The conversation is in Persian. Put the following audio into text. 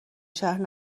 شهر